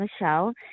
Michelle